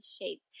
shape